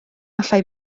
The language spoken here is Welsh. allai